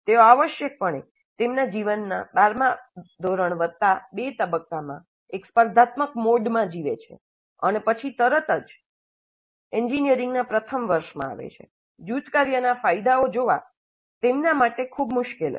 તેઓ આવશ્યકપણે તેમના જીવનને 12 મા ધોરણ વત્તા બે તબક્કામાં એક સ્પર્ધાત્મક મોડમાં જીવે છે અને પછી તરત જ એન્જિનિયરિંગના પ્રથમ વર્ષમાં આવે છે જૂથ કાર્યના ફાયદાઓ જોવા તેમના માટે ખૂબ મુશ્કેલ હશે